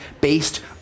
based